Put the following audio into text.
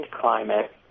climate